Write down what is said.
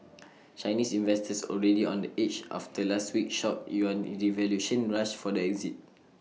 Chinese investors already on the edge after last week's shock yuan devaluation rushed for the exit